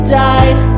died